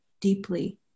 deeply